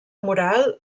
mural